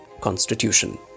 constitution